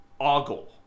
ogle